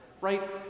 right